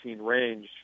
range